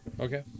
Okay